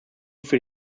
für